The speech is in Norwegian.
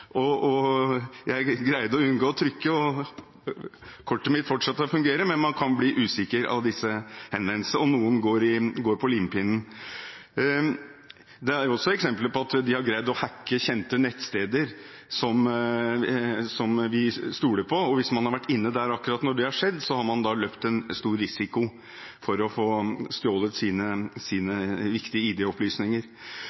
Jeg greide å unngå å trykke, og kortet mitt fortsatte å fungere, men man kan bli usikker av disse henvendelsene, og noen går på limpinnen. Det er også eksempler på at de har greid å hacke kjente nettsteder som vi stoler på, og hvis man har vært inne der akkurat når det har skjedd, har man løpt en stor risiko for å